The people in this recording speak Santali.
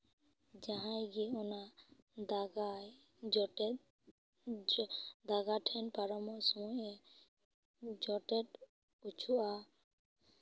ᱡᱟᱦᱟᱸᱭ ᱜᱮ ᱚᱱᱟ ᱫᱟᱜᱟᱭ ᱡᱚᱴᱮᱴ ᱫᱟᱜᱟ ᱴᱷᱮᱱ ᱯᱟᱨᱚᱢᱚᱜ ᱥᱚᱢᱚᱭᱮ ᱡᱚᱴᱮᱴ ᱚᱪᱚᱜᱼᱟ